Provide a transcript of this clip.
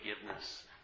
forgiveness